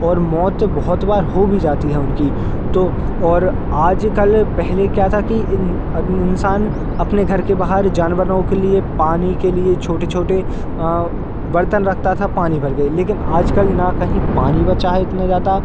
और मौत बहुत बार हो भी जाती है उनकी तो और आजकल पहले क्या था कि इंसान अपने घर के बाहर जानवरों के लिए पानी के लिए छोटे छोटे बर्तन रखता था पानी भर कर लेकिन आजकल न कहीं पानी बचा है इतना ज्यादा